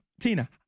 Tina